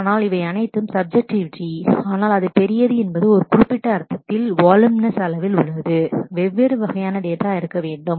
ஆனால் இவை அனைத்தும் சப்ஜெக்ட்டிவிட்டி subjectivity ஆனால் அது பெரியது என்பது ஒரு குறிப்பிட்ட அர்த்தத்தில் வாலுமினஸ் voluminous அளவில் உள்ளது வெவ்வேறு வகையான டேட்டா இருக்க வேண்டும்